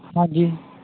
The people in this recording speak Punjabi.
ਹਾਂਜੀ